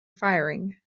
firing